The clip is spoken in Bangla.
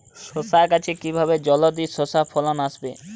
শশা গাছে কিভাবে জলদি শশা ফলন আসবে?